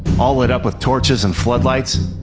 all lit up with torches and floodlights.